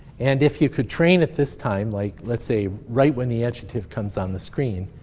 and if you could train at this time, like let's say, right when the adjective comes on the screen,